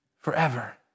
forever